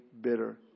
bitter